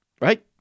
right